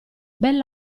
bel